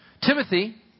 Timothy